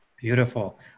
Beautiful